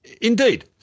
Indeed